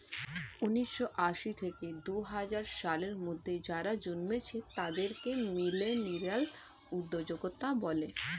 উন্নিশো আশি থেকে দুহাজার সালের মধ্যে যারা জন্মেছে তাদেরকে মিলেনিয়াল উদ্যোক্তা বলে